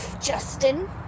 justin